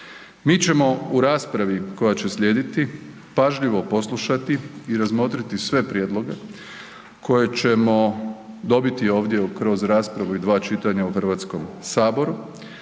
Mi ćemo u raspravi koja će slijediti pažljivo poslušati i razmotriti sve prijedloge koje ćemo dobiti ovdje kroz raspravu i dva čitanja u HS.